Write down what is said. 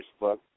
Facebook